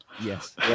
Yes